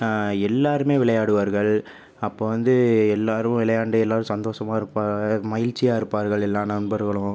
எல்லாருமே விளையாடுவார்கள் அப்போது வந்து எல்லாரும் விளையாண்டு எல்லாரும் சந்தோஷமா இருப்பாங்க மகிழ்ச்சியா இருப்பார்கள் எல்லா நண்பர்களும்